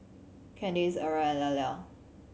Candice Erie and Eller